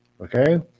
Okay